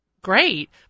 great